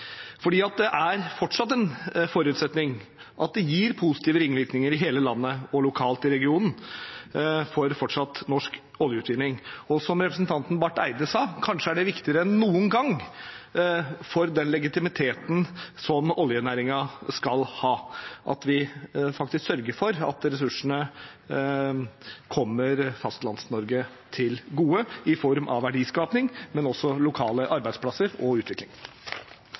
det er en forutsetning for fortsatt norsk oljeutvinning at det gir positive ringvirkninger i hele landet og lokalt i regionen. Og som representanten Barth Eide sa, er det kanskje viktigere enn noen gang for den legitimiteten som oljenæringen skal ha, at vi faktisk sørger for at ressursene kommer Fastlands-Norge til gode i form av verdiskaping, men også i form av lokale arbeidsplasser og utvikling.